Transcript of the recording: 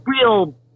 real